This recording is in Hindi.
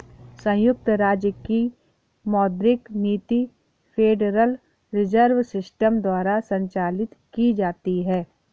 संयुक्त राज्य की मौद्रिक नीति फेडरल रिजर्व सिस्टम द्वारा संचालित की जाती है